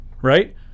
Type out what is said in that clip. right